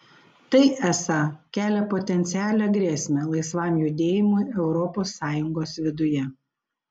tai esą kelia potencialią grėsmę laisvam judėjimui europos sąjungos viduje